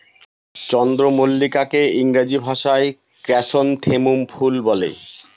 চন্দ্রমল্লিকাকে ইংরেজি ভাষায় ক্র্যাসনথেমুম ফুল বলে